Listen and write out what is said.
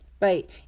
Right